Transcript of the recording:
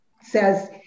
says